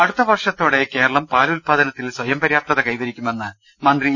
അടുത്ത വർഷത്തോടെ കേരളം പാൽ ഉത്പാദനത്തിൽ സ്വയം പര്യാപ്തത കൈവരിക്കുമെന്ന് മന്ത്രി ഇ